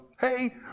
Hey